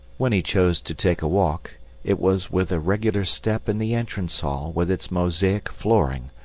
when he chose to take a walk it was with a regular step in the entrance hall with its mosaic flooring,